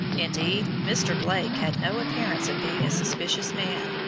indeed mr. blake had no appearance of being a suspicious man,